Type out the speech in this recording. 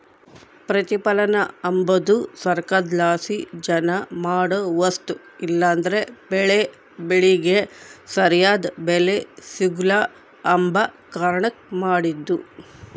ಪ್ರತಿಪಲನ ಅಂಬದು ಸರ್ಕಾರುದ್ಲಾಸಿ ಜನ ಮಾಡೋ ವಸ್ತು ಇಲ್ಲಂದ್ರ ಬೆಳೇ ಬೆಳಿಗೆ ಸರ್ಯಾದ್ ಬೆಲೆ ಸಿಗ್ಲು ಅಂಬ ಕಾರಣುಕ್ ಮಾಡಿದ್ದು